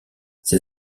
ses